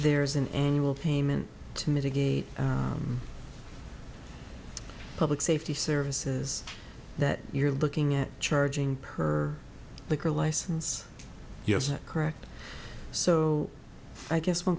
there is an annual payment to mitigate public safety services that you're looking at charging per liquor license yes correct so i guess one